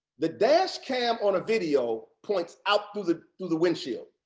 the dash cam on a video points out to the to the windshield.